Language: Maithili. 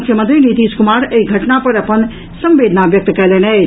मुख्यमंत्री नीतीश कुमार एहि घटना पर अपन संवेदना व्यक्त कयलनि अछि